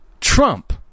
Trump